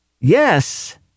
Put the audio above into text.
yes